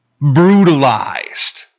Brutalized